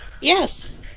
Yes